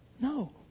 No